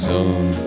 Zone